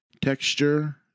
texture